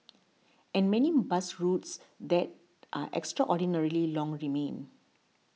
and many bus routes that are extraordinarily long remain